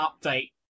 Update